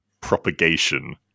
propagation